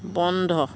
বন্ধ